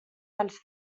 dels